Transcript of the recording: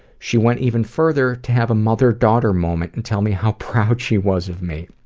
she went even further, to have a mother daughter moment and tell me how proud she was of me.